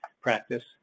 practice